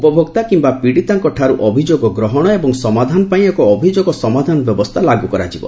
ଉପଭୋକ୍ତା କିମ୍ବା ପୀଡ଼ିତାଙ୍କଠାରୁ ଅଭିଯୋଗ ଗ୍ରହଣ ଏବଂ ସମାଧାନ ପାଇଁ ଏକ ଅଭିଯୋଗ ସମାଧାନ ବ୍ୟବସ୍ଥା ଲାଗୁ କରାଯିବ